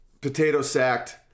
potato-sacked